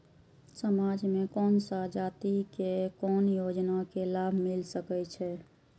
समाज में कोन सा जाति के कोन योजना के लाभ मिल सके छै?